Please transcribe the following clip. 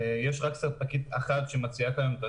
יש רק ספקית אחת שמציעה וכל הנושא